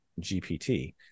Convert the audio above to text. GPT